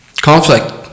Conflict